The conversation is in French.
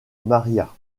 maria